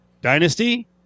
dynasty